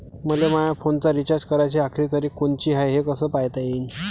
मले माया फोनचा रिचार्ज कराची आखरी तारीख कोनची हाय, हे कस पायता येईन?